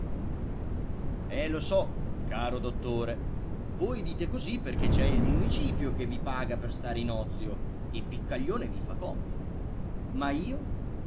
eh lo so caro dottore voi dite così perché c'è il municipio che vi paga per stare in ozio e piccaglione vi fa comodo ma io